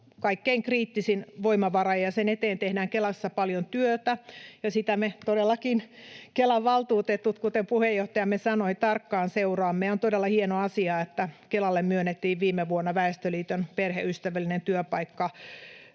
kaikkein kriittisin voimavara. Sen eteen tehdään Kelassa paljon työtä, ja sitä todellakin me Kelan valtuutetut, kuten puheenjohtajamme sanoi, tarkkaan seuraamme. Ja on todella hieno asia, että Kelalle myönnettiin viime vuonna Väestöliiton Perheystävällinen työpaikka